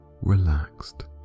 relaxed